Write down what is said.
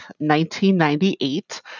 1998